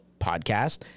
podcast